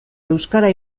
euskara